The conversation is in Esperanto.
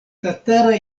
tatara